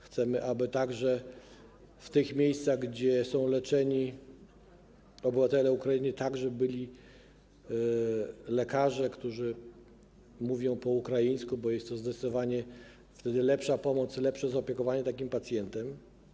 Chcemy, aby w tych miejscach, gdzie są leczeni obywatele Ukrainy, także byli lekarze, którzy mówią po ukraińsku, bo wtedy jest to zdecydowanie lepsza pomoc, lepsze zaopiekowanie takim pacjentem.